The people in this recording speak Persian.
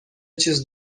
چیز